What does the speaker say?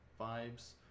vibes